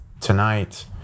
tonight